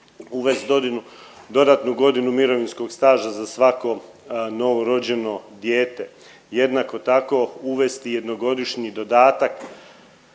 Uvest dodatnu godinu mirovinskog staža za svako novorođeno dijete. Jednako tako uvesti jednogodišnji dodatak